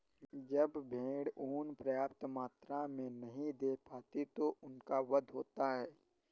जब भेड़ ऊँन पर्याप्त मात्रा में नहीं दे पाती तो उनका वध होता है